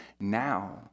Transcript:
now